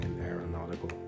Aeronautical